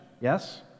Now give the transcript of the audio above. Yes